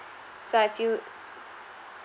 so I feel